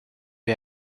you